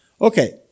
Okay